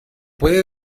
puede